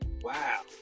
wow